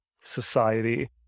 Society